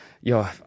yo